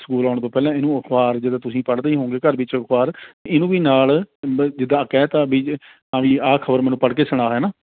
school ਆਉਣ ਤੋਂ ਪਹਿਲਾਂ ਇਹਨੂੰ ਅਖ਼ਬਾਰ ਜਦੋਂ ਤੁਸੀਂ ਪੜ੍ਹਦੇ ਹੋਊਂਗੇ ਘਰ ਵਿੱਚ ਅਖ਼ਬਾਰ ਇਹ ਨੂੰ ਵੀ ਨਾਲ ਜਿੱਦਾਂ ਕਹਿ ਦਿੱਤਾ ਵੀ ਜੇ ਹਾਂ ਬਈ ਆਹ ਖਬਰ ਮੈਨੂੰ ਪੜ੍ਹ ਕੇ ਸੁਣਾ ਹੈ ਨਾ